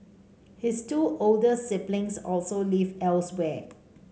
his two older siblings also live elsewhere